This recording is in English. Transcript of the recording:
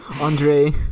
Andre